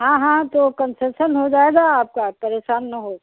हाँ हाँ तो कन्सेशन हो जाएगा आपका परेशान ना हों